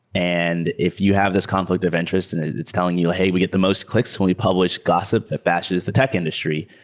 and if you have this conflict of interest and it's telling you, hey, we get the most clicks when we publish gossip that batches the tech industry,